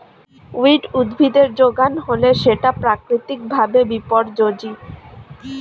weed উদ্ভিদের যোগান হলে সেটা প্রাকৃতিক ভাবে বিপর্যোজী